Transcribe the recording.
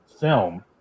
film